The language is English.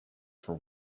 for